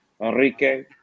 Enrique